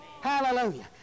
Hallelujah